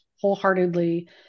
wholeheartedly